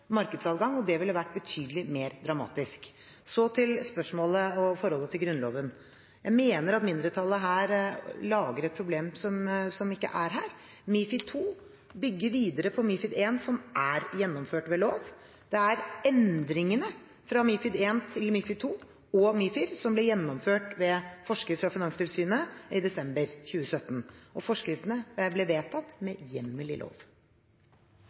markedsadgang, og det ville vært betydelig mer dramatisk. Så til spørsmålet om forholdet til Grunnloven. Jeg mener at mindretallet lager et problem som ikke er her. MiFID II bygger videre på MiFID I, som er gjennomført ved lov. Det er endringene fra MiFID I til MiFID II og MiFIR som ble gjennomført ved forskrift fra Finanstilsynet i desember 2017. Forskriftene ble vedtatt med hjemmel i lov.